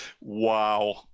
wow